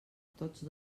tots